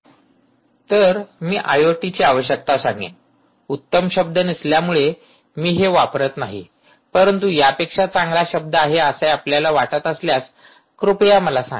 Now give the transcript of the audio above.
slide वेळ पहा ०८५१ तर मी आयओटीची आवश्यकता सांगेन उत्तम शब्द नसल्यामुळे हे मी वापरत नाही परंतु यापेक्षा चांगला शब्द आहे असे आपल्याला वाटत असल्यास कृपया मला सांगा